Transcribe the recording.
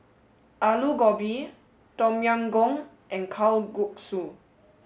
Alu Gobi Tom Yam Goong and Kalguksu